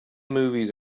movies